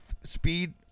Speed